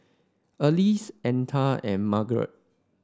Althea and Margeret